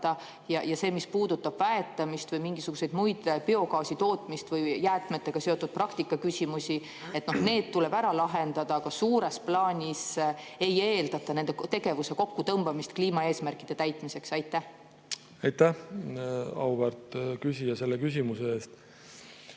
jätkata? Mis puudutab väetamist või midagi muud, biogaasitootmist või jäätmetega seotud praktika küsimusi, siis need tuleb ära lahendada, aga suures plaanis ei eeldata nende tegevuse kokkutõmbamist kliimaeesmärkide täitmiseks. Aitäh, auväärt küsija, selle küsimuse eest!